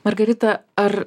margarita ar